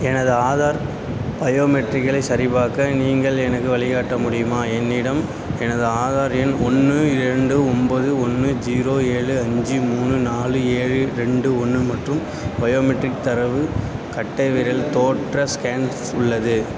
எனது ஆதார் பயோமெட்ரிக்களை சரிபார்க்க நீங்கள் எனக்கு வழிகாட்ட முடியுமா என்னிடம் எனது ஆதார் எண் ஒன்று இரண்டு ஒன்போது ஒன்று ஜீரோ ஏழு அஞ்சு மூணு நாலு ஏழு ரெண்டு ஒன்று மற்றும் பயோமெட்ரிக் தரவு கட்டை விரல் தோற்ற ஸ்கேன்ஸ் உள்ளது